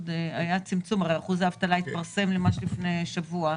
אחוז האבטלה התפרסם ממש לפני שבוע.